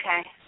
Okay